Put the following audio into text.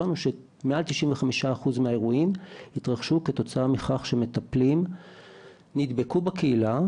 הבנו שמעל 95% מהאירועים התרחשו כתוצאה מכך שמטפלים נדבקו בקהילה.